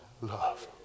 love